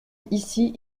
ici